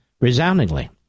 resoundingly